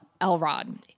Elrod